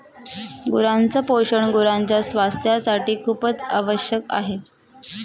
गुरांच पोषण गुरांच्या स्वास्थासाठी खूपच आवश्यक आहे